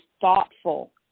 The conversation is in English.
thoughtful